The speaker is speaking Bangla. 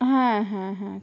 হ্যাঁ হ্যাঁ হ্যাঁ